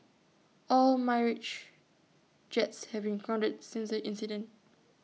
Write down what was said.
all Mirage jets have been grounded since the incident